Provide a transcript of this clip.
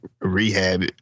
rehab